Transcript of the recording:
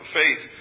faith